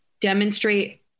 demonstrate